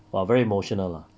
!wah! very emotional lah